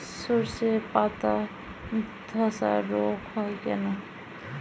শর্ষের পাতাধসা রোগ হয় কেন?